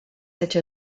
such